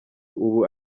ubu